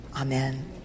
Amen